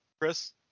Chris